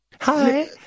Hi